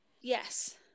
Yes